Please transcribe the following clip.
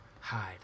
hide